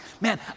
Man